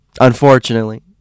Unfortunately